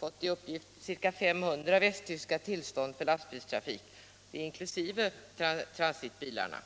som jag fått ca 500 västtyska tillstånd för lastbilstrafik inkl. transitbilarna.